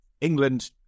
England